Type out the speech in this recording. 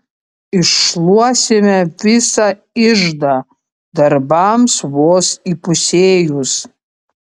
iššluosime visą iždą darbams vos įpusėjus